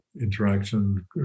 interaction